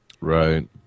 Right